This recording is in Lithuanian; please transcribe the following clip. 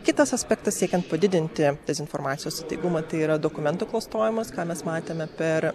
kitas aspektas siekiant padidinti dezinformacijos įtaigumą tai yra dokumentų klastojimas ką mes matėme per